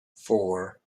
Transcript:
four